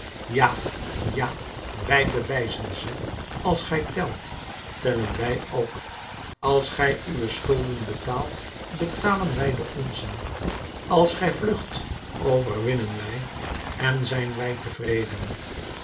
ja ja wij bewijzen ze als gij telt tellen wij ook als gij uwe schulden betaalt betalen wij de onzen als gij vlugt overwinnen wij en zijn wij tevreden